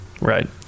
right